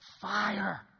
fire